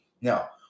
now